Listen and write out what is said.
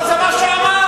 לא זה מה שהוא אמר.